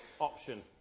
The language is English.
option